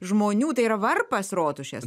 žmonių tai yra varpas rotušės